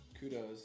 Kudos